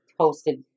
posted